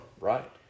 right